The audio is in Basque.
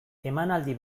emanaldi